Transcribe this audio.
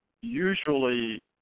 Usually